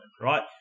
right